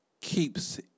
keeps